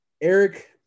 Eric